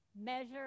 Measure